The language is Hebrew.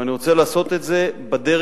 ואני רוצה לעשות את זה בדרך